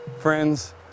Friends